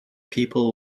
people